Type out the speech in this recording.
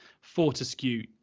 Fortescue